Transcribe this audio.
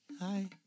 Hi